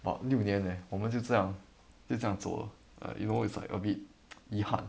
about 六年 eh 我们就这样就这样走了 you know it's like a bit 遗憾